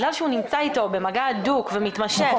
בגלל שהוא נמצא איתו במגע הדוק ומתמשך,